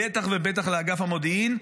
בטח ובטח לאגף המודיעין,